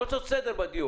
תשובה?